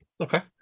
Okay